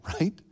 right